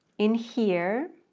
in here,